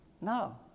No